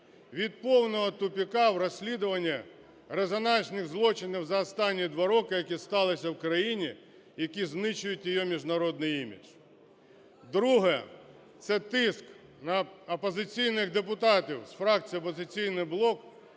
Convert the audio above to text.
від повного тупика в розслідуванні резонансних злочинів за останні 2 роки, які сталися в країні, які знищують її міжнародний імідж. Друге. Це тиск на опозиційних депутатів з фракції "Опозиційний блок".